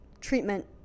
treatment